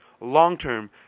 long-term